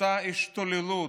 אותה השתוללות,